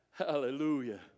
Hallelujah